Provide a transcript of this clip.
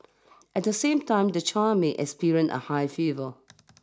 at the same time the child may experience a high fever